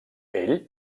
ell